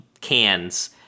cans